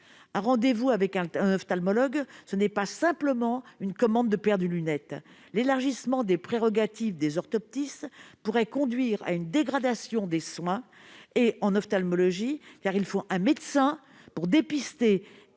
Un rendez-vous avec un ophtalmologue, ce n'est pas simplement une commande de paires de lunettes. L'élargissement des prérogatives des orthoptistes pourrait conduire à une dégradation des soins en ophtalmologie. Il faut un médecin pour dépister